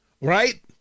Right